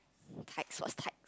kind or type